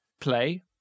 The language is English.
play